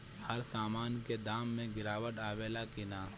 हर सामन के दाम मे गीरावट आवेला कि न?